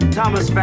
Thomas